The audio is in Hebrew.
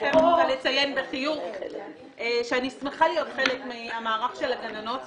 אני שמחה להיות הגננת